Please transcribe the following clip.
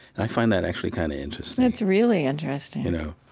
i find that actually kind of interesting that's really interesting you know,